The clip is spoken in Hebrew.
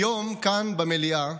היום, כאן במליאה,